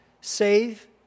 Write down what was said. Save